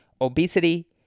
obesity